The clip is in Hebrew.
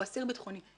הוא אסיר ביטחוני,